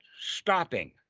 stopping